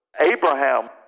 Abraham